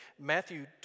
Matthew